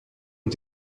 ont